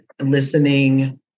listening